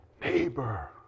neighbor